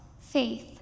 faith